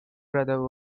brother